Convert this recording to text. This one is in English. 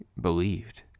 believed